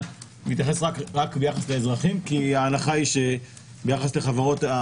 מתייחס רק ביחס לאזרחים כי ההנחה היא שביחס לחברות,